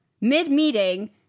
mid-meeting